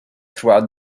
throughout